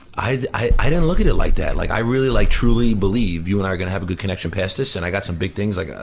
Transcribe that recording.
i i didn't look at it like that. like i really like truly believe you and i are gonna have a good connection past this, and i got some big things like,